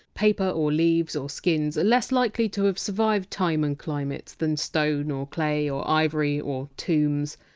paper or leaves or skins are less likely to have survived time and climates than stone or clay or ivory or tombs,